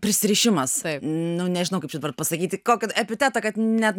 prisirišimas nu nežinau kaip dabar pasakyti kokį epitetą kad net